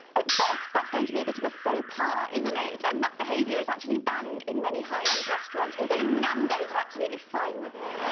at best that's going to be a bit of a faux so pas isn't it? and that behavior is actually banned in many high-end restaurants although nando's are absolutely fine with it